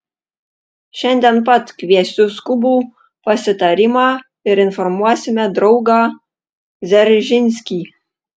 šiandien pat kviesiu skubų pasitarimą ir informuosime draugą dzeržinskį